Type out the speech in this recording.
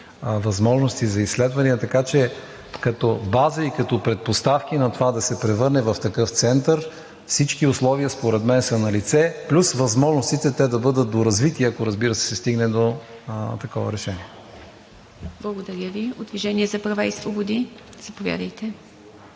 възможности за изследвания. Така че като база и като предпоставки на това да се превърне в такъв център всички условия според мен са налице плюс възможностите те да бъдат доразвити, ако, разбира се, се стигне до такова решение. ПРЕДСЕДАТЕЛ ИВА МИТЕВА: Благодаря Ви. От „Движение за права и свободи“ – заповядайте,